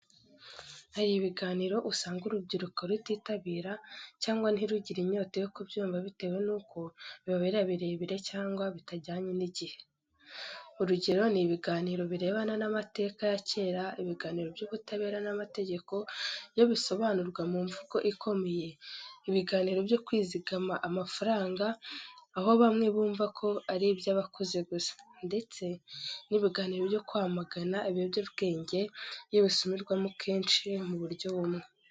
Hari ibiganiro usanga urubyiruko rutitabira cyangwa ntirugire inyota yo kubyumva, bitewe n’uko bibabera birebire cyangwa bitajyanye n’igihe. Urugero ni ibiganiro birebana n’amateka ya kera, ibiganiro by’ubutabera n’amategeko iyo bisobanurwa mu mvugo ikomeye, ibiganiro byo kwizigama amafaranga aho bamwe bumva ko ari iby’abakuze gusa, ndetse n’ibiganiro byo kwamagana ibiyobyabwenge iyo bisubirwamo kenshi mu buryo bumwe.